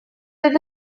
oedd